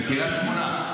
בקריית שמונה?